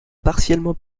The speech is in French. partiellement